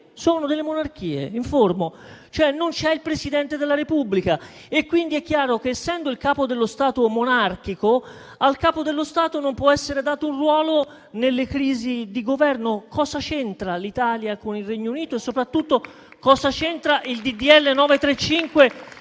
sono delle monarchie - vi informo - cioè non c'è il Presidente della Repubblica, quindi è chiaro che, essendo il Capo dello Stato monarchico, al Capo dello Stato non può essere dato un ruolo nelle crisi di Governo. Cosa c'entra l'Italia con il Regno Unito e, soprattutto, cosa c'entra il disegno